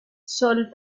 sol